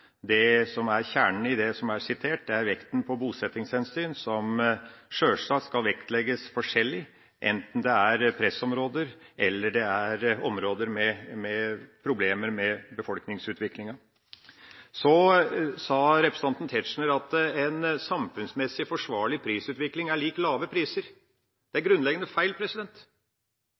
Det som er kjernen i det som er sitert, er vekten på bosettingshensyn, som sjølsagt skal vektlegges forskjellig – enten det er pressområder eller det er områder som har problemer med befolkningsutviklinga. Så sa representanten Tetzschner at en samfunnsmessig forsvarlig prisutvikling er lik lave priser. Det er grunnleggende feil.